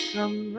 Come